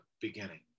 beginning